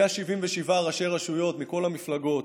177 ראשי רשויות מכל המפלגות